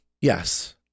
Yes